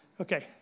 Okay